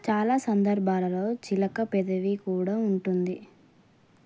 చాలా సందర్భాలలో చిలక పెదవి కూడా ఉంటుంది